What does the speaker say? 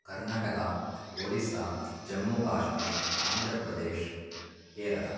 कर्नाटक ओडिस्सा जम्मुकाश्मिर् आन्द्रप्रदेशः केरळा